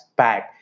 back